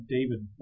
David